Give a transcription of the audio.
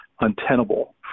untenable